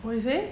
what you say